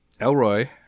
Elroy